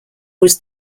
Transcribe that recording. was